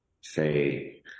say